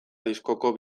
diskoko